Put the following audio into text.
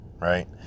right